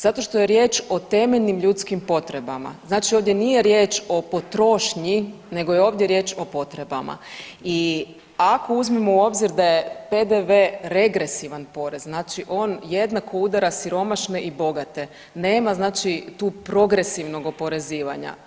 Zato što je riječ o temeljnim ljudskim potrebama, znači ovdje nije riječ o potrošnji nego je ovdje riječ o potrebama i ako uzmemo u obzir da je PDV regresivan porez, znači on jednako udara siromašne i bogate, nema znači tu progresivnog oporezivanja.